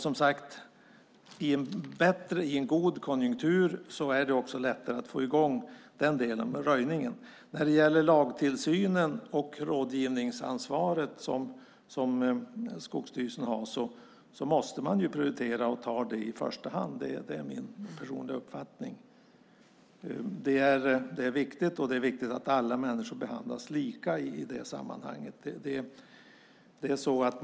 Som sagt, i en god konjunktur är det också lättare att få i gång röjningen. Det är min personliga uppfattning att Skogsstyrelsen måste prioritera sin lagtillsyn och sitt rådgivningsansvar. Det är viktigt, och det är viktigt att alla människor behandlas lika i det sammanhanget.